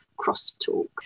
crosstalk